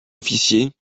officiers